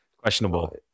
Questionable